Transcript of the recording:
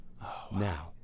Now